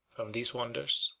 from these wonders,